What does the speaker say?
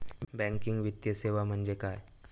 Banking वित्तीय सेवा म्हणजे काय?